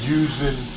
using